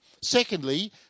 secondly